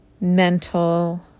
mental